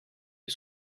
die